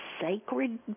sacred